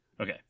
Okay